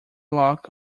lock